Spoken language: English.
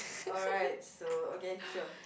alright so okay sure